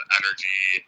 energy